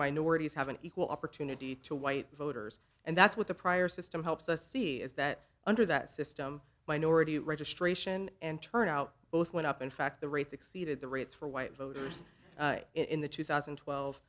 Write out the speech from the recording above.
minorities have an equal opportunity to white voters and that's what the prior system helps us see is that under that system minority registration and turnout both went up in fact the rates exceeded the rates for white voters in the two thousand and twelve